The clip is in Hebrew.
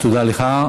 תודה לך.